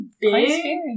Big